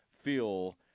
feel